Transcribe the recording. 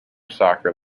soccer